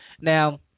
Now